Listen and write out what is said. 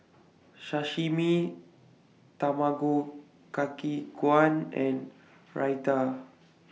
Sashimi Tamago Kake Gohan and Raita